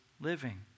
living